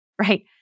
right